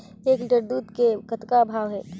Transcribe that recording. एक लिटर दूध के कतका भाव हे?